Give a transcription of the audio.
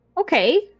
Okay